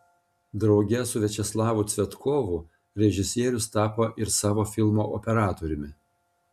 drauge su viačeslavu cvetkovu režisierius tapo ir savo filmo operatoriumi